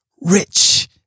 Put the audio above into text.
rich